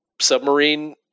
submarine